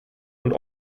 und